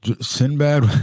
sinbad